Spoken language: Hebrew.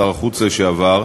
שר החוץ לשעבר,